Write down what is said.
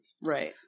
Right